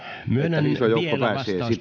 myönnän vielä